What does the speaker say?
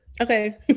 Okay